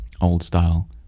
old-style